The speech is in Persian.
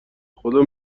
خدا